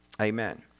Amen